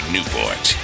Newport